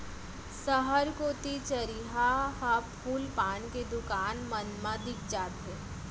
सहर कोती चरिहा ह फूल पान के दुकान मन मा दिख जाथे